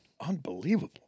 unbelievable